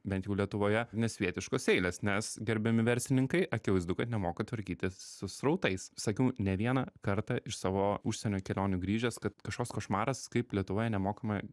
bent jau lietuvoje nesvietiškos eilės nes gerbiami verslininkai akivaizdu kad nemoka tvarkytis su srautais sakiau ne vieną kartą iš savo užsienio kelionių grįžęs kad kažkoks košmaras kaip lietuvoje nemokama